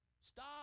Stop